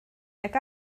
nag